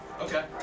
Okay